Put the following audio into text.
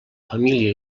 família